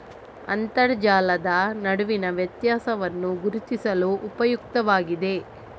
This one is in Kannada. ಅಂತರ್ಜಲದ ನಡುವಿನ ವ್ಯತ್ಯಾಸವನ್ನು ಗುರುತಿಸಲು ಉಪಯುಕ್ತವಾಗಿದೆ